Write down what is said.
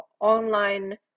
online